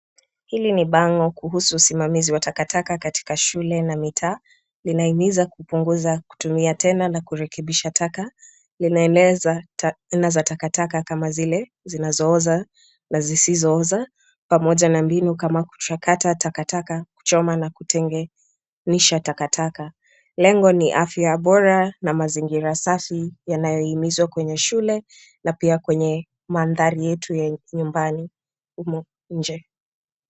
Hili ni bango kuhusu usimamizi wa takataka katika shule na mitaa. Linahimiza kutumia tena na kurekebisha taka. Inaeleza aina za takataka kama vile zinazo oza na zisizo oza pamoja na mbinu kama takataka kuchoma na kutenganisha takataka. Lengo ni afya bora na mazingira safi yanayo himizwa kwenye shule na pia mandhari yetu ya nyumbani ama humu nje.